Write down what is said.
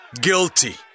guilty